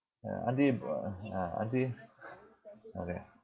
ya aunty uh ah aunty okay